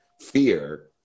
fear